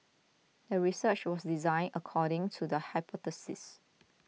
the research was designed according to the hypothesis